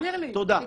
תסביר לי הגיונית.